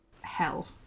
Hell